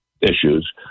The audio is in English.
issues